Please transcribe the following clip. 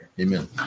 Amen